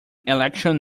election